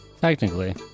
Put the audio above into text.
Technically